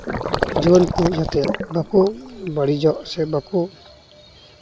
ᱡᱩᱣᱟᱹᱱ ᱠᱚ ᱡᱟᱛᱮ ᱵᱟᱠᱚ ᱵᱟᱹᱲᱤᱡᱚᱜ ᱥᱮ ᱵᱟᱠᱚ